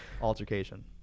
altercation